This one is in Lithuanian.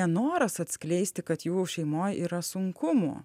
nenoras atskleisti kad jų šeimoj yra sunkumų